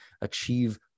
achieve